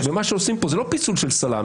מה שעושים פה זה לא פיצול של סלמי,